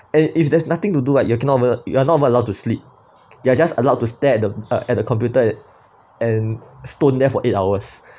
and if there's nothing to do right you cannot you're not even allowed to sleep you're just allowed to stare the uh at the computer and stone there for eight hours